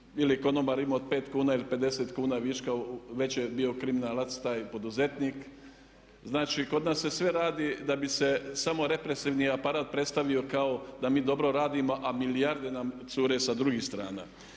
li konobar imao 5 kuna ili 50 kuna viška već je bio kriminalac taj poduzetnik. Znači, kod nas se sve radi da bi se samo represivni aparat predstavio kao da mi dobro radimo, a milijarde nam cure sa drugih strana.